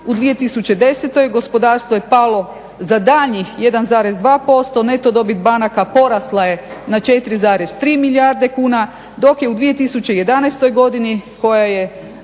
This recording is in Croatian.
u 2010.gospodarstvo je palo za danjih 1,2%, neto dobit banaka porasla je na 4,3 milijarde kuna dok je u 2011.godini koja je